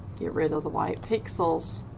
get rid of the white pixels.